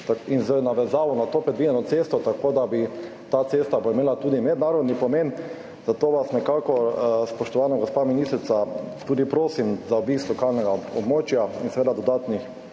in z navezavo na to predvideno cesto, tako da bo ta cesta imela tudi mednarodni pomen. Zato vas, spoštovana gospa ministrica, tudi prosim za obisk lokalnega območja in seveda dodatne